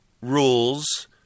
rules